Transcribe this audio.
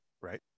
right